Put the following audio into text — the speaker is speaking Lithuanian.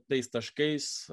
tais taškais